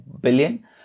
billion